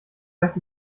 weiß